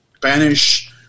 banish